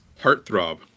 Heartthrob